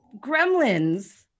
gremlins